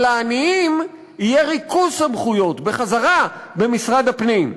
אבל לעניים יהיה ריכוז סמכויות בחזרה במשרד הפנים.